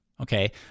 Okay